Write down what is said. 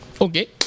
okay